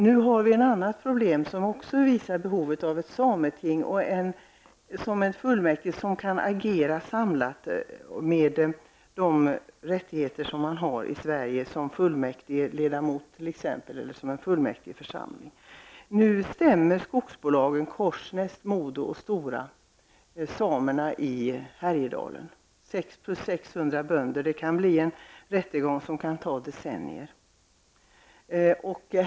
Nu har vi ett annat problem som också visar behovet av ett sameting som fullmäktige som kan agera samlat med de rättigheter som man har i Sverige t.ex. som fullmäktigeledamot eller fullmäktigeförsamling. Stora plus 600 bönder samerna i Härjedalen. Det kan bli en rättegång som kan ta decennier.